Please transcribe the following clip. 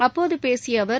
அப்போது பேசிய அவர்